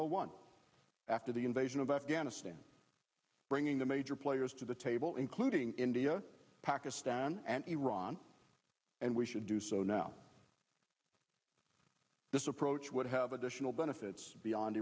one after the invasion of afghanistan bringing the major players to the table including india pakistan and iran and we should do so now this approach would have additional benefits beyond